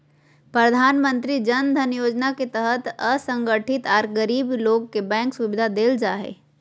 प्रधानमंत्री जन धन योजना के तहत असंगठित आर गरीब लोग के बैंक सुविधा देल जा हई